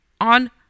on